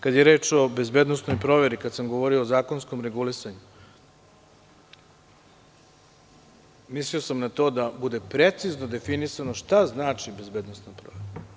Kada je reč o bezbednosnoj proveri, kada sam govorio o zakonskom regulisanju, mislio sam da bude precizno definisano šta znači bezbednosna provera.